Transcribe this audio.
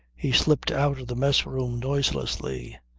he slipped out of the mess-room noiselessly.